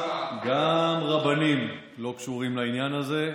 גם רבנים לא קשורים לעניין הזה,